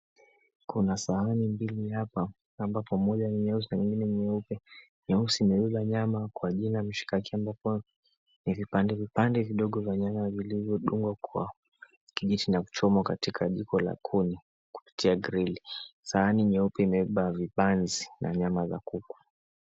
Kuna sahani mbili hapa ambapo moja ni nyeupe na ingine ni nyeusi na ina nyama kwa jina mishikaki ambapo ni vipande vidogo vidogo vya nyama vilivyo dungwa katika miti na kuchomwa katika jiko la kuni kupitia grili. Sahani nyeupe imebeba vibanzi na kuku.